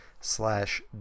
slash